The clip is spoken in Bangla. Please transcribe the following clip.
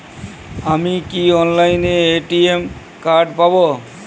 আমি কি অনলাইনে এ.টি.এম কার্ড পাব?